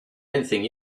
anything